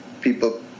people